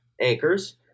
anchors